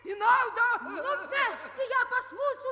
į naudą nuvesti ją pas mūsų